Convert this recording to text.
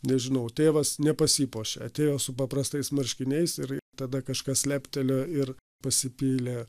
nežinau tėvas nepasipuošė atėjo su paprastais marškiniais ir tada kažkas leptelėjo ir pasipylė